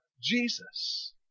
Jesus